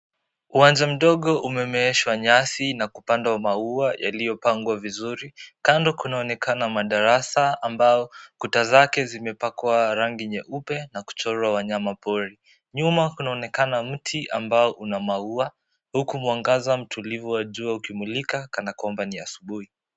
Uwanja mdogo umewashwa nyasi na kupandwa maua. Yaliyopangwa vizuri. Kando kunaonekana madarasa ambayo kuta zake zimepakwa rangi nyeupe na kuchorwa wanyamapori. Nyuma kunaonekana mti ambao una maua, huku mwangaza mtulivu wa jua ukimilika kana kwamba ni asubuhi.